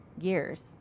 years